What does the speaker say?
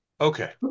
Okay